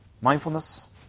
Mindfulness